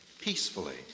peacefully